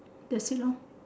that's it lor